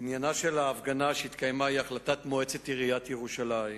עניינה של ההפגנה שהתקיימה היא החלטת מועצת עיריית ירושלים